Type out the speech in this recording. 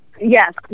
yes